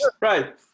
right